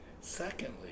Secondly